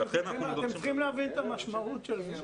אתם צריכים להבין את המשמעות של זה,